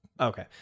Okay